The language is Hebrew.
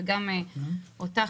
וגם אותך,